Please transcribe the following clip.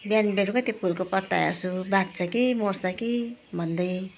बिहान बेलुकै त्यो फुलको पत्ता हेर्छु बाँच्छ कि मर्छ कि भन्दै